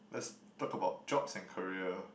let's talk about jobs and career